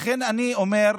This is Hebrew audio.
לכן אני אומר,